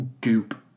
goop